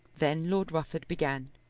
then lord rufford began.